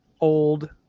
old